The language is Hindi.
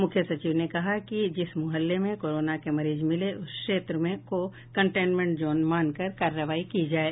मुख्य सचिव ने कहा कि जिस मुहल्ले में कोरोना के मरीज मिले उस क्षेत्र को कंटेंनमेंट जोन मानकर कार्रवाई की जाये